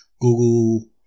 Google